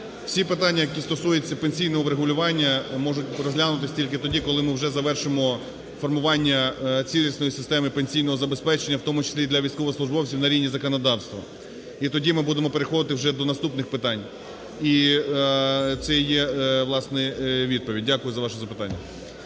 Всі питання, які стосуються пенсійного врегулювання, можуть розглянутись тільки тоді, коли ми вже завершимо формування цілісної системи пенсійного забезпечення, в тому числі і для військовослужбовців на рівні законодавства. І тоді ми будемо переходити вже до наступних питань. І це і є, власне, відповідь. Дякую за ваше запитання.